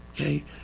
okay